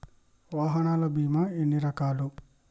వాహనాల బీమా ఎన్ని రకాలు?